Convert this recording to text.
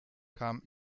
kam